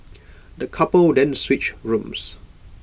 the couple then switched rooms